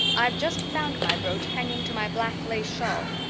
i've just found my brooch hanging to my black lace shawl.